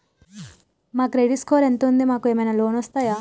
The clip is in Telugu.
మా క్రెడిట్ స్కోర్ ఎంత ఉంది? మాకు ఏమైనా లోన్స్ వస్తయా?